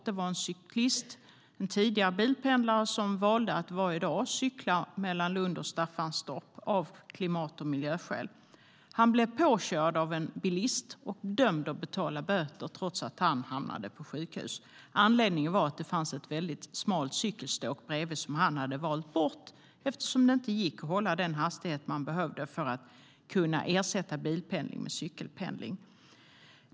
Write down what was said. Det var en cyklist, en tidigare bilpendlare som valde att varje dag cykla mellan Lund och Staffanstorp av klimat och miljöskäl, som blev påkörd av en bilist och dömd att betala böter trots att han hamnade på sjukhus. Anledningen var att det fanns ett smalt cykelstråk bredvid som han hade valt bort eftersom det inte gick att hålla den hastighet man behövde för att kunna ersätta bilpendling med cykelpendling.